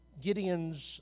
Gideon's